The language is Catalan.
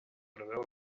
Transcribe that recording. preveu